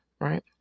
right